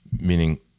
meaning